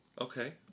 Okay